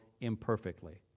imperfectly